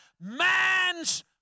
man's